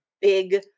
big